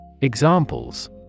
Examples